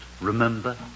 remember